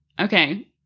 okay